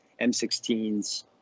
m16s